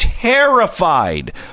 terrified